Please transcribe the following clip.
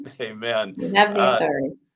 Amen